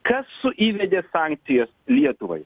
kas įvedė sankcijas lietuvai